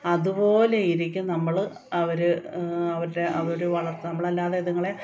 അതുപോലെ ഇരിക്കും നമ്മള് അവര് അവരുടെ അവര് വളർത്തുമ്പോഴല്ലാതെ ഇതുങ്ങളെ